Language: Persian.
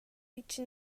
هیچی